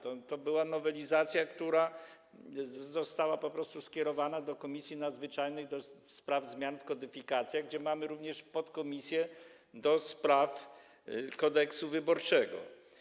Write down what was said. To była nowelizacja, która została po prostu skierowana do Komisji Nadzwyczajnej do spraw zmian w kodyfikacjach, gdzie mamy również podkomisję do spraw Kodeksu wyborczego.